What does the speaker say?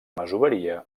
masoveria